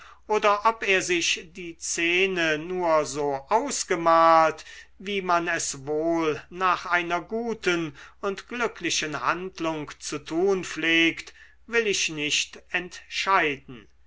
oder ob er sich die szene nur so ausgemalt wie man es wohl nach einer guten und glücklichen handlung zu tun pflegt will ich nicht entscheiden